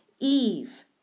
Eve